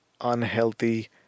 unhealthy